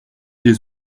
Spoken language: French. des